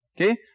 Okay